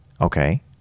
Okay